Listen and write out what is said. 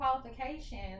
qualifications